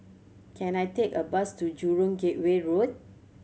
can I take a bus to Jurong Gateway Road